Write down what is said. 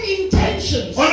intentions